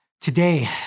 today